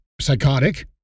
psychotic